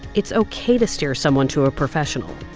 it's ok to steer someone to a professional.